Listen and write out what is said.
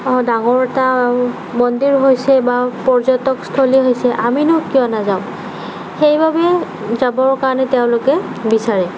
অ ডাঙৰ এটা আৰু মন্দিৰ হৈছে বা পৰ্যটক স্থলী হৈছে আমিনো কিয় নাযাম সেইবাবে যাবৰ কাৰণে তেওঁলোকে বিচাৰে